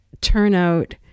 turnout